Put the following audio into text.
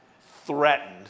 threatened